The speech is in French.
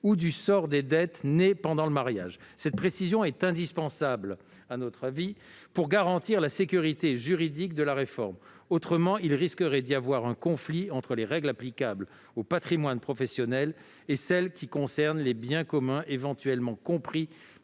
ou du sort des dettes nées pendant le mariage. Cette précision est indispensable pour garantir la sécurité juridique de la réforme. À défaut, il risquerait d'y avoir un conflit entre les règles applicables au patrimoine professionnel et celles qui concernent les biens communs éventuellement compris